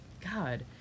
God